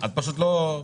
ההליך להגשת הבקשה לאישור